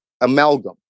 amalgam